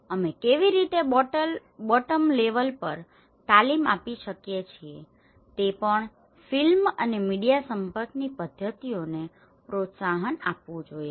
અમે કેવી રીતે બોટમ લેવલ પર તાલીમ આપી શકીએ છીએ તે પણ ફિલ્મ અને મીડિયા સંપર્કની પદ્ધતિઓને પ્રોત્સાહન આપવું જોઈએ